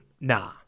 Nah